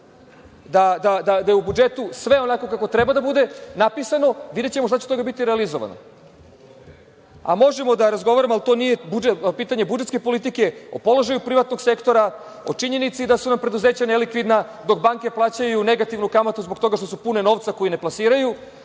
da je u budžetu sve onako kako treba da bude napisano. Videćemo šta će biti realizovano. Možemo da razgovaramo, ali to nije pitanje budžetske politike, o položaju privatnog sektora, o činjenici da su nam preduzeća nelikvidna dok banke plaćaju negativnu kamatu zbog toga što su pune novca koji ne plasiraju,